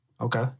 Okay